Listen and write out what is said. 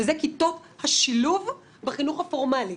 וזה כיתות השילוב בחינוך הפורמלי.